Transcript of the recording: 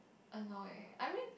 annoying I mean